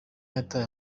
yataye